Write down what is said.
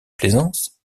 plaisance